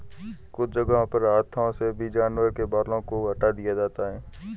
कुछ जगहों पर हाथों से भी जानवरों के बालों को हटा दिया जाता है